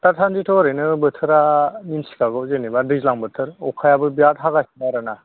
दासान्दिथ' ओरैनो बोथोरआ मिनथिखागौ जेनेबा दैज्लां बोथोर अखाया बिराथ हागासिनो आरो ना